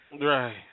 Right